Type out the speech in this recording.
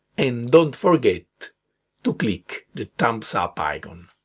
and don't forget to click the thumbs up icon!